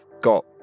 got